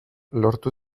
lortu